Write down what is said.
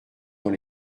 dans